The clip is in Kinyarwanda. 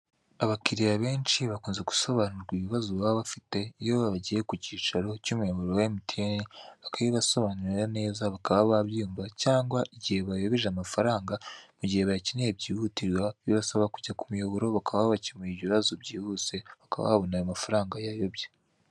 Abakiriya benshi bakunza gusobanurirwa ibibazo bababafite iyi bagiye ku kicaro cy'umuyoboro wa mtn, bakabibasobanurira neza bakaba babyumva ,cyangwa igihe bayobeje amafaranga. Mu gihe bayakeneye byihutirwa birasaba kujya ku muyoboro bakaba babakemurira ibyo bibazo byihuse bakaba babona ayo mafaranga yayobye.